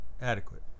adequate